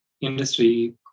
industry